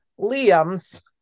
liam's